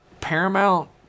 Paramount